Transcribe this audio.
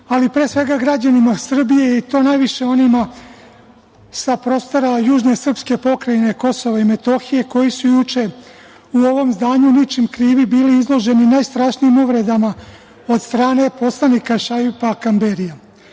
ali pre svega građanima Srbije, i to najviše onima sa prostora južne srpske pokrajine KiM koji su juče u ovom zdanju ničim krivi bili izloženi najstrašnijim uvredama od strane poslanika Šaipa Kamberija. Sluteći